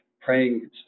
praying